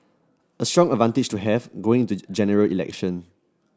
a strong advantage to have going into a General Election